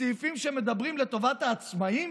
סעיפים שמדברים על טובת העצמאים?